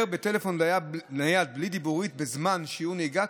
בטלפון נייד בלי דיבורית בזמן שיעור נהיגה,